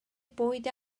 bwyd